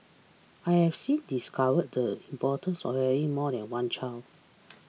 I have since discovered the importance of having more than one child